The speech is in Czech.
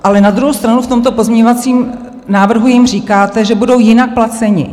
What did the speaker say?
Ale na druhou stranu v tomto pozměňovacím návrhu jim říkáte, že budou jinak placeni.